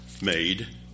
made